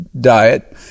diet